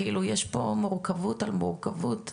כאילו יש פה מורכבות על מורכבות על מורכבות.